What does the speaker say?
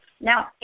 now